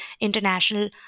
international